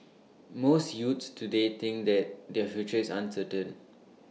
most youths today think that their future is uncertain